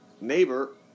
neighbor